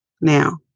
Now